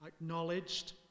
acknowledged